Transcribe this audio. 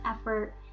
effort